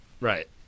Right